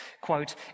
Quote